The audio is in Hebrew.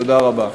תודה רבה.